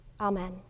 amen